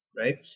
right